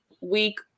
week